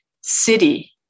city